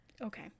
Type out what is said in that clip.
Okay